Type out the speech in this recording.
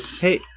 Hey